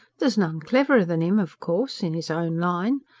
there's none cleverer than im, of course, in is own line.